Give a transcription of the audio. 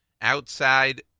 outside